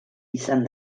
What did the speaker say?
izan